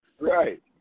Right